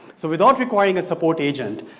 so without requiring a support agent,